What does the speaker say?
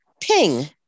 ping